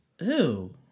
Ew